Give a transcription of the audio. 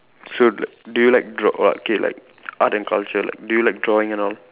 so do you like draw or K like art and culture like do you like drawing and all